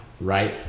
right